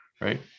Right